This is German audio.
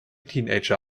teenager